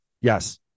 yes